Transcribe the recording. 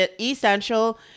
essential